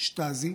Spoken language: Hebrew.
"שטאזי".